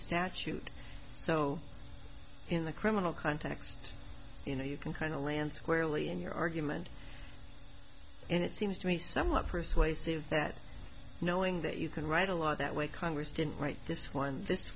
statute so in the criminal context you know you can kind of land squarely in your argument and it seems to me somewhat persuasive knowing that you can write a law that way congress didn't write this one this